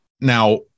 now